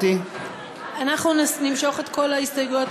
לאחר הסעיף.